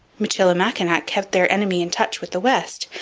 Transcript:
michilimackinac kept their enemy in touch with the west.